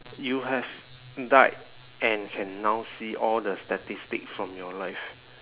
you have died and can now see all the statistic from your life